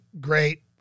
great